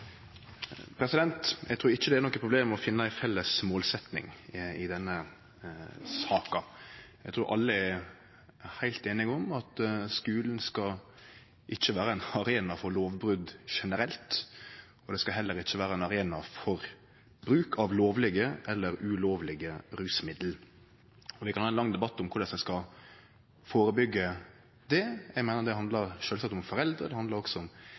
Eg trur ikkje det er noko problem å finne ei felles målsetjing i denne saka. Eg trur alle er heilt einige om at skulen ikkje skal vere ein arena for lovbrot generelt, og skulen skal heller ikkje vere ein arena for bruk av lovlege eller ulovlege rusmiddel. Vi kan ha ein lang debatt om korleis ein skal førebyggje det. Eg meiner det sjølvsagt handlar om foreldre. Det handlar om helsesøstrer, og det handlar om